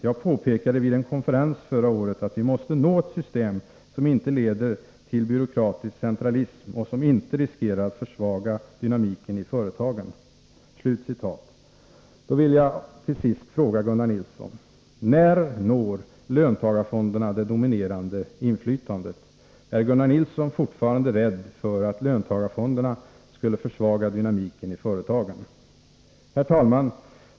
Jag påpekade vid en konferens förra året att vi måste nå ett system som inte leder till byråkratisk centralism och som inte riskerar att försvaga dynamiken i företagen”. 1. När når löntagarfonderna det dominerande inflytandet? 2. Är Gunnar Nilsson fortfarande rädd för att löntagarfonderna skulle försvaga dynamiken i företagen? Herr talman!